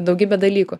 daugybę dalykų